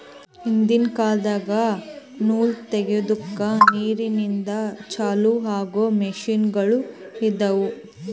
ಹಿಂದಿನ್ ಕಾಲದಾಗ ನೂಲ್ ತೆಗೆದುಕ್ ನೀರಿಂದ ಚಾಲು ಆಗೊ ಮಷಿನ್ಗೋಳು ಇದ್ದುವು